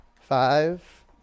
Five